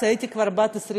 בבקשה.